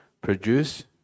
produce